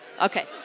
Okay